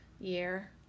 year